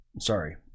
sorry